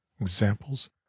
Examples